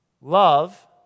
Love